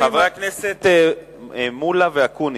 חברי הכנסת מולה ואקוניס,